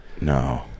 no